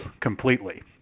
completely